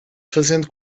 fazendo